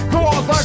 Cause